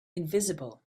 invisible